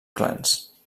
clans